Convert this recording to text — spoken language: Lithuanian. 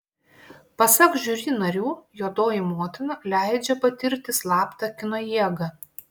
pasak žiuri narių juodoji motina leidžia patirti slaptą kino jėgą